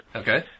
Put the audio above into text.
okay